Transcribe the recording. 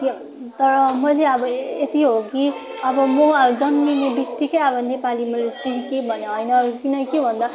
तर मैले अब यति हो कि अब म जन्मिन बित्तिकै अब नेपाली सिकेँ भन्ने होइन किनकि भन्दा